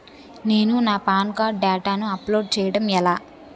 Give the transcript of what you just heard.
నేను నా PAN card డేటాను అప్లోడ్ చేయడం ఎలా?